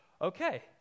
okay